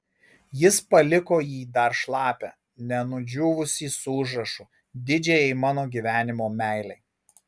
jis paliko jį dar šlapią nenudžiūvusį su užrašu didžiajai mano gyvenimo meilei